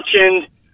mentioned